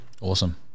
Awesome